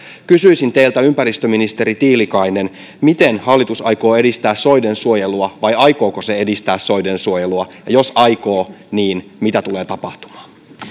kysyisin teiltä ympäristöministeri tiilikainen miten hallitus aikoo edistää soidensuojelua vai aikooko se edistää soidensuojelua ja jos aikoo niin mitä tulee tapahtumaan